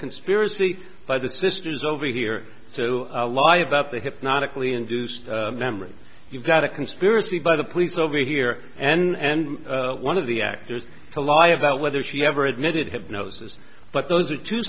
conspiracy by the sisters over here to lie about the hypnotically induced memory you've got a conspiracy by the police over here and one of the actors to lie about whether she ever admitted hypnosis but those are two